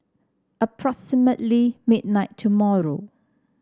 approximately midnight tomorrow